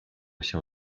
się